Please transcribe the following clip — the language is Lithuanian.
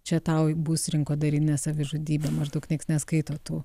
čia tau bus rinkodarinė savižudybė maždaug nieks neskaito tų